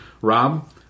Rob